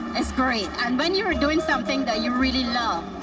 it's great. and when you're doing something that you really love,